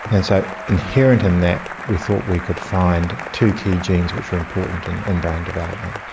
and so inherent in that we thought we could find two key genes which were important in and brain development.